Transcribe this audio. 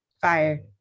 fire